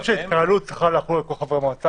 אני חושב שהתקהלות צריכה לחול על כל חברי המועצה,